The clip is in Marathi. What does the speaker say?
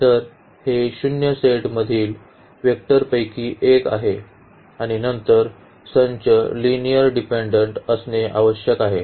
तर हे 0 सेटमधील वेक्टरंपैकी एक आहे आणि नंतर संच लिनिअर्ली डिपेन्डेन्ट असणे आवश्यक आहे